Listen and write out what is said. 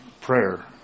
prayer